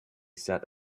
set